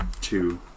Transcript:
two